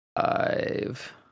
five